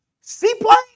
Seaplane